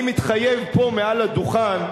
אני מתחייב פה מעל הדוכן,